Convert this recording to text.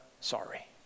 sorry